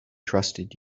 trusted